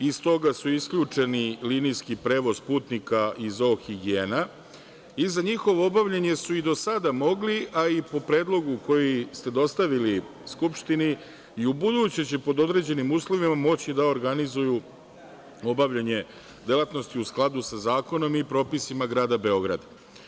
Iz toga su isključeni linijski prevoz putnika i ZOO Higijena i za njihovo obavljanje su i do sada mogli, a i po predlogu koji ste dostavili Skupštini, i ubuduće će pod određenim uslovima, moći da organizuju obavljanje delatnosti u skladu sa zakonom i propisima grada Beograda.